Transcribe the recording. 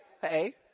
hey